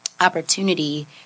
opportunity